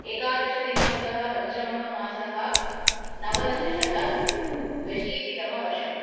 एकादशदिनाङ्कः पञ्चमः मासः नवदशशतद्वशीतितमवर्षम्